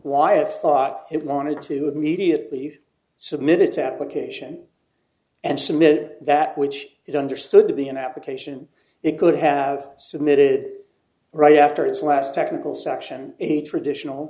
it's thought it wanted to immediately you submitted to application and submit that which is understood to be an application it could have submitted right after its last technical section a traditional